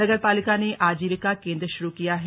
नगर पालिका ने आजीविका केंद्र शुरू किया है